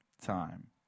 time